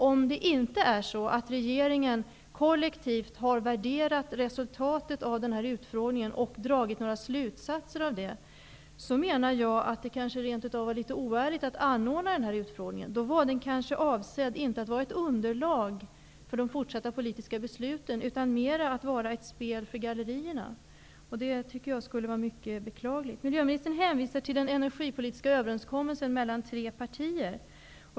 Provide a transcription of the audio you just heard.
Om regeringen inte kollektivt har värderat resultatet eller dragit några slutsatser av utfrågningen menar jag att det kanske rent av var litet oärligt att anordna utfrågningen. Den kanske inte var avsedd att tjäna som underlag för de fortsatta politiska besluten, utan mer som ett spel för gallerierna. Det skulle i så fall vara mycket beklagligt. Miljöministern hänvisar till den energipolitiska överenskommelsen mellan tre partier.